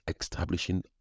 establishing